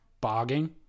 Bogging